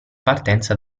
partenza